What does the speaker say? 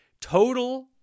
total